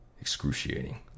excruciating